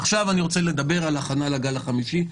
עכשיו אני רוצה לדבר על הכנה לגל החמישי.